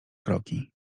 kroki